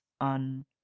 on